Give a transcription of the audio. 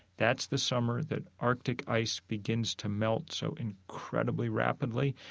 that's the summer that arctic ice begins to melt so incredibly rapidly.